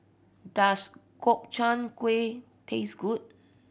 does Gobchang Gui taste good